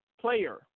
player